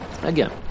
Again